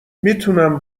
میتونم